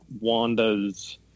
Wanda's